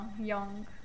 young